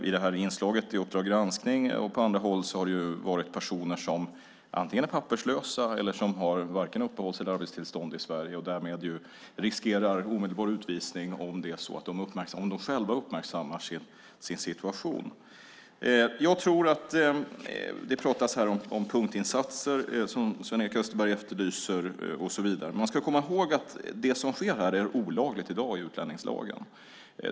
I detta inslag i Uppdrag granskning och på andra håll har det varit personer som antingen är papperslösa eller som varken har uppehålls eller arbetstillstånd i Sverige och därmed riskerar omedelbar utvisning om de själva uppmärksammar sin situation. Sven-Erik Österberg efterlyser punktinsatser och så vidare. Man ska komma ihåg att det som sker här i dag är olagligt enligt utlänningslagen.